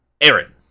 Aaron